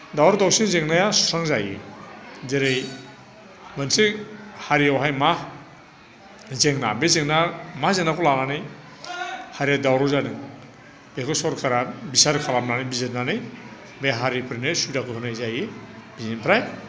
दावराव दावसि जेंनाया सुस्रांजायो जेरै मोनसे हारियावहाय मा जेंना बे जेंना मा जेंनाखौ लानानै हारिया दावराव जादों बेखौ सोरखारा बिसार खालामनानै बिजिरनानै बे हारिफोरनो सुबिदाखौ होनाय जायो बेनिफ्राय